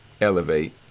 elevate